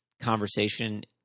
conversation